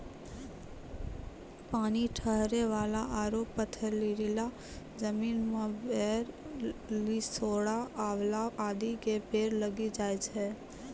पानी ठहरै वाला आरो पथरीला जमीन मॅ बेर, लिसोड़ा, आंवला आदि के पेड़ लागी जाय छै